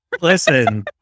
Listen